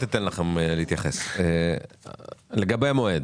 לגבי המועד,